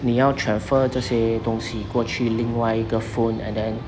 你要 transfer 这些东西过去另外一个 phone and then